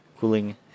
cooling